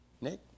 Nick